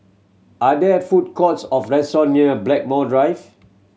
are there food courts of restaurant near Blackmore Drive